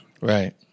Right